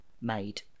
made